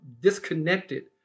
disconnected